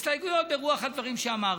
הסתייגויות ברוח הדברים שאמרתי.